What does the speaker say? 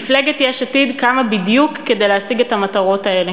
מפלגת יש עתיד קמה בדיוק כדי להשיג את המטרות האלה,